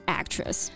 actress